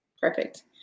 Perfect